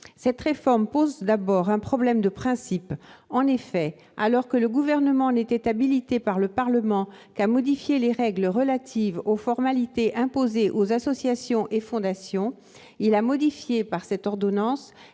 Cette réforme pose d'abord un problème de principe. En effet, alors que le Gouvernement n'était habilité par le Parlement qu'à modifier les règles relatives aux formalités imposées aux associations et fondations, il a modifié par cette ordonnance